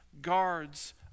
guards